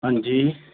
हां जी